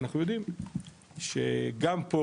אנחנו יודעים שגם פה